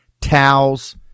towels